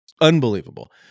unbelievable